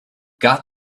got